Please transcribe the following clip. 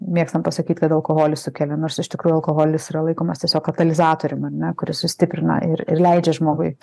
mėgstam pasakyt kad alkoholis sukelia nors iš tikrųjų alkoholis yra laikomas tiesiog katalizatorium ar ne kuris sustiprina ir ir leidžia žmogui